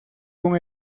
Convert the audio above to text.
con